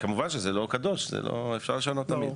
כמובן שזה לא קדוש אפשר לשנות תמיד.